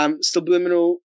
Subliminal